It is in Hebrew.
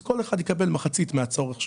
כל אחד יקבל מחצית מהצורך שלו.